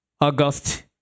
August